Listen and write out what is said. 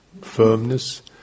firmness